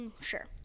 Sure